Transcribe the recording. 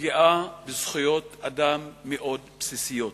לפגיעה בזכויות אדם מאוד בסיסיות,